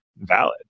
valid